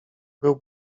był